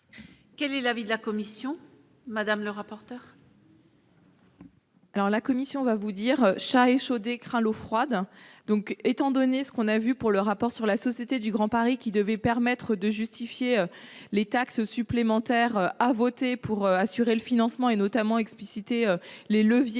Quel est l'avis de la commission madame le rapporteur. Alors, la Commission va vous dire, chat échaudé craint l'eau froide, donc étant donné ce qu'on a vu pour le rapport sur la Société du Grand Paris, qui devait permettre de justifier les taxes supplémentaires à voter pour assurer le financement, et notamment explicité les leviers